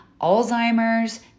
Alzheimer's